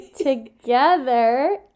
together